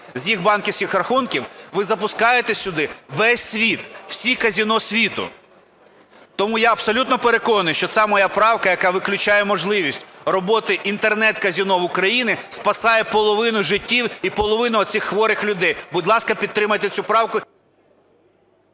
з їх банківських рахунків, ви запускаєте сюди весь світ, всі казино світу. Тому я абсолютно переконаний, що ця моя правка, яка виключає можливість роботи Інтернет-казино в Україні, спасає половину життів і половину оцих хворих людей. Будь ласка, підтримайте цю правку.